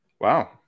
Wow